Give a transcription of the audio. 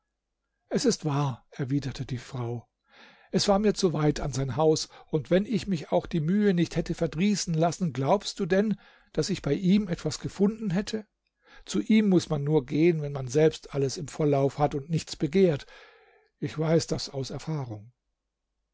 es ist wahr erwiderte die frau es war mir zu weit an sein haus und wenn ich mich auch die mühe nicht hätte verdrießen lassen glaubst du denn daß ich bei ihm etwas gefunden hätte zu ihm muß man nur gehen wenn man selbst alles im vollauf hat und nichts begehrt ich weiß das aus erfahrung